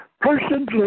Persons